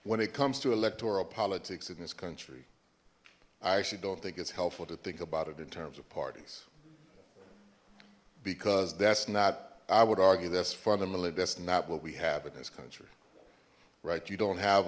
when it comes to electoral politics in this country i actually don't think it's helpful to think about it in terms of parties because that's not i would argue that's fundamentally that's not what we have in this country right you don't have